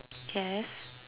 yes